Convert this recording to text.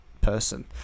person